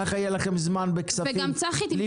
ככה יהיה לכם זמן בכספים לבדוק וגם אני אבדוק.